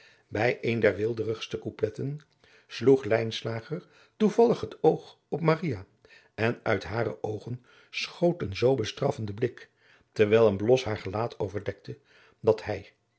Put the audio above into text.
bij een der weelderigste koupletten sloeg lijnslager toevallig het oog op maria en uit hare oogen schoot een zoo bestraffende blik terwijl een blos haar gelaat overdekte dat hij